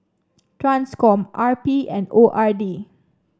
Transcom R P and O R D